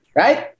right